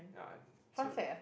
yeah so